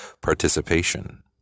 participation